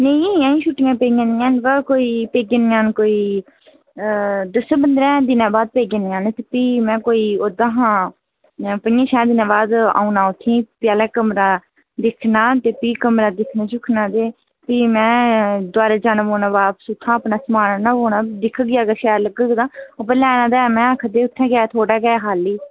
नेईं छुटियां पेइयां नेईं हैन बा पेई जानियां न कोई दस्सें पंदंरे दिनें बाद पेई जानियां ते प्मेंही ना कोई ओह्दे शा पं'जे छें दिनें बाद औना उत्थै फ्ही ऐसी आला कमरा दिक्खना फ्ही कमरा दिखना दुक्खना फ्ही में दबारै जाना पौना बापस उत्थूं अपना समान आह्नना पौना दिखगी अगर शैल लग्गग तां लैना तां है में आक्खादे उत्थै गै थुहाड़े गै ऐ खाली